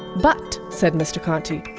but, said mr konti,